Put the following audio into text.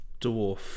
dwarf